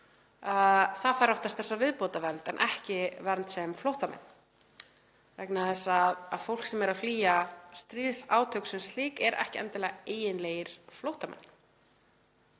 fólk fær oftast þessa viðbótarvernd en ekki vernd sem flóttamenn vegna þess að fólk sem er að flýja stríðsátök sem slík er ekki endilega eiginlegir flóttamenn,